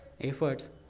Efforts